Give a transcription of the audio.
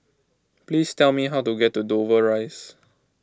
please tell me how to get to Dover Rise